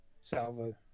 salvo